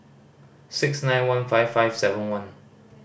six nine one five five seven one